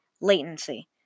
latency